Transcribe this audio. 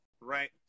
right